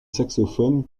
saxophone